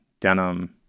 Denim